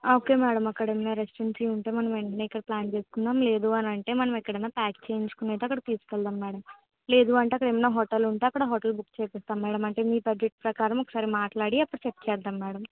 okay madam అక్కడ ఏమైనా residency ఉంటే మనం వెంటనే ఇక్కడ ప్లాన్ చేసుకుందాం లేదు అనంటే మనం ఎక్కడైనా ప్యాక్ చేయించుకుని అయితే అక్కడికి తీసుకు వెళ్దాం మేడం లేదంటే అక్కడ ఏమైనా హోటల్ ఉంటే అక్కడ హోటల్ బుక్ చేయిస్తాం మేడం అంటే మీ బడ్జెట్ ప్రకారం ఒకసారి మాట్లాడి అప్పుడు చెక్ చేద్దాం మేడం